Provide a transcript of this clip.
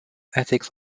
ethics